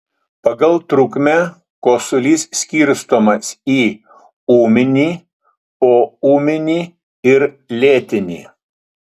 pagal trukmę kosulys skirstomas į ūminį poūminį ir lėtinį